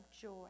joy